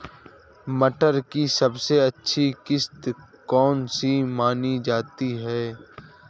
मटर की सबसे अच्छी किश्त कौन सी मानी जाती है?